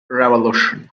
revolution